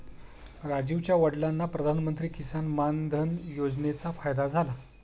राजीवच्या वडिलांना प्रधानमंत्री किसान मान धन योजनेचा फायदा झाला